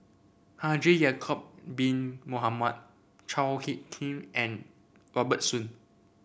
Haji Ya'acob Bin Mohamed Chao HicK Tin and Robert Soon